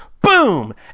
boom